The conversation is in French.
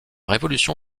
révolution